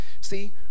See